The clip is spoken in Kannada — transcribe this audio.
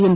ಎಂ